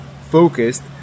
focused